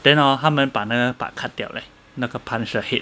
then hor 他们把那个 part cut 掉 like 那个 punch the head